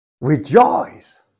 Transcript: Rejoice